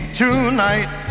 tonight